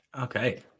okay